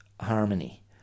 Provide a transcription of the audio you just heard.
harmony